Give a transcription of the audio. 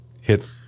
hit